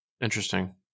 interesting